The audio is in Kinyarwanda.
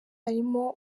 arimo